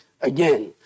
again